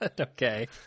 Okay